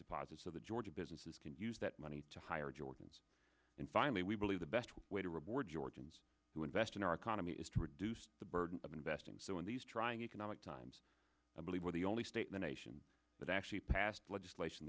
deposits of the georgia businesses can use that money to hire jordans and finally we believe the best way to reward georgians to invest in our economy is to reduce the burden of investing so in these trying economic times i believe we're the only state in the nation that actually passed legislation